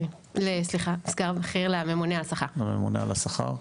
סגן בכיר לממונה על השכר.